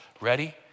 ready